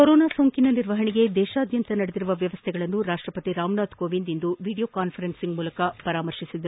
corona ಸೋಂಕಿನ ನಿರ್ವಹಣೆಗೆ ದೇಶಾದ್ಯಂತ ನಡೆದಿರುವ ವ್ಯವಸ್ಥೆಗಳನ್ನು ರಾಷ್ಷಪತಿ ರಾಮನಾಥ್ ಕೋವಿಂದ್ ಇಂದು ವಿಡಿಯೋ ಕಾನ್ವರೆನ್ಸಿಂಗ್ ಮೂಲಕ ಪರಿತೀಲಿಸಿದರು